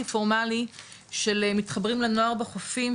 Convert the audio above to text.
פורמלי של מתחברים לנוער ב"חופים",